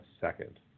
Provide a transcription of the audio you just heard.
second